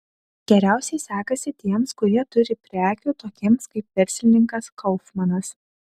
geriausiai sekasi tiems kurie turi prekių tokiems kaip verslininkas kaufmanas